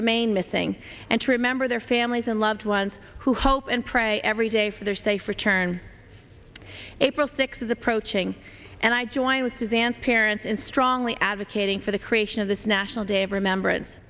remain missing and to remember their families and loved ones who hope and pray every day for their safe return april sixth is approaching and i join with suzanne's parents in strongly advocating for the creation of this national day of remembrance